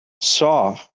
saw